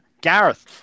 Gareth